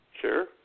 Sure